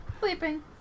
Sleeping